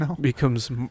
becomes